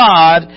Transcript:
God